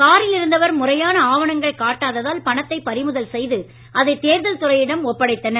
காரில் இருந்தவர் முறையான ஆவணங்களை காட்டாததால் பணத்தை பறிமுதல் செய்து அதை தேர்தல் துறையிடம் ஒப்படைத்தனர்